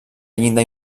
llinda